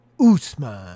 Usman